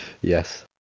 yes